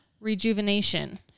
rejuvenation